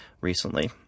recently